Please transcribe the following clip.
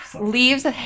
leaves